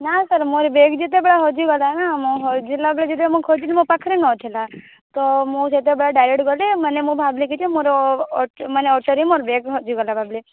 ନାଁ ସାର୍ ମୋର ବେଗ ଯେତେବେଳେ ହଜିଗଲା ନା ମୁଁ ହଜିଲାବେଳେ ଯେତେବେଳେ ମୁଁ ଖୋଜିଲି ମୋ ପାଖରେ ନଥିଲା ତ ମୁଁ ଯେତେବେଳେ ଡାଇରେକ୍ଟ ଗଲି ମାନେ ମୁଁ ଭାବିଲି କି ଯେ ମୋର ମାନେ ଅଟୋରେ ମୋର ବେଗ ହଜିଗଲା ଭାବିଲି